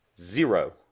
zero